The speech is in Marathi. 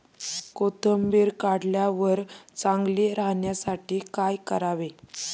कोथिंबीर काढल्यावर चांगली राहण्यासाठी काय करावे?